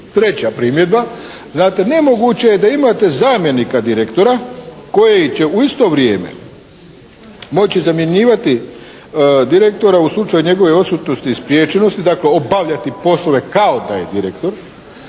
Treća primjedba. Znate nemoguće je da imate zamjenika direktora koji će u isto vrijeme moći zamjenjivati u slučaju njegove odsutnosti i spriječenosti, dakle obavljati poslove kao da je direktor,